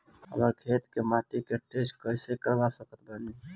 हमरा खेत के माटी के टेस्ट कैसे करवा सकत बानी?